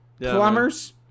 Plumbers